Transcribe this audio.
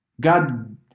God